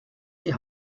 die